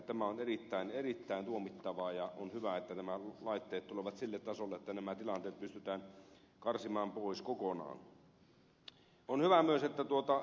tämä on erittäin erittäin tuomittavaa ja on hyvä että nämä laitteet tulevat sille tasolle että nämä tilanteet pystytään karsimaan pois kokonaan